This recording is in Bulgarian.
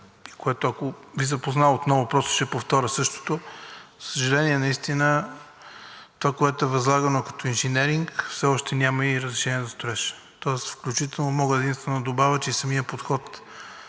което ще Ви запозная отново – просто ще повторя същото. За съжаление, наистина това, което е възлагано като инженеринг, все още няма и разрешение за строеж. Тоест, включително мога единствено да добавя, че и самият подход